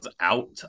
out